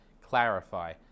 clarify